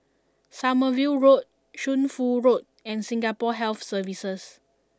Sommerville Road Shunfu Road and Singapore Health Services